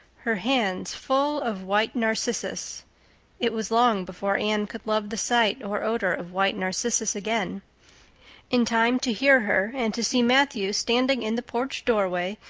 her hands full of white narcissus it was long before anne could love the sight or odor of white narcissus again in time to hear her and to see matthew standing in the porch doorway,